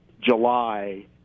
July